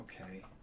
okay